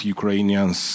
Ukrainians